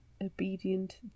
obedient